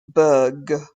burgh